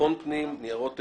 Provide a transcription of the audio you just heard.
ביטחון פנים, ניירות ערך,